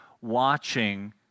watching